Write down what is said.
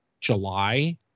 july